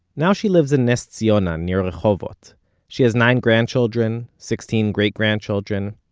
now she lives in ness ziyona, near rehovot. but she has nine grandchildren. sixteen great grandchildren.